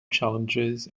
challenges